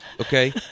Okay